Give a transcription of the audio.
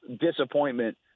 disappointment